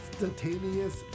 instantaneous